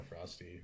Frosty